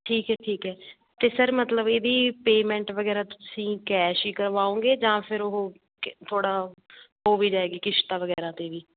ਠੀਕ ਹੈ ਠੀਕ ਹੈ ਅਤੇ ਸਰ ਮਤਲਬ ਇਹਦੀ ਪੇਮੈਂਟ ਵਗੈਰਾ ਤੁਸੀਂ ਕੈਸ਼ ਹੀ ਕਰਵਾਉਂਗੇ ਜਾਂ ਫਿਰ ਉਹ ਥੋੜ੍ਹਾ ਹੋ ਵੀ ਜਾਵੇਗੀ ਕਿਸ਼ਤਾਂ ਵਗੈਰਾ 'ਤੇ ਵੀ